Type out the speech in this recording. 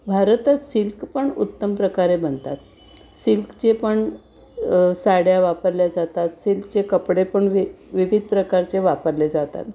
भारतात सिल्क पण उत्तम प्रकारे बनतात सिल्कचे पण साड्या वापरल्या जातात सिल्कचे कपडे पण वि विविध प्रकारचे वापरले जातात